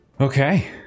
Okay